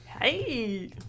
Hey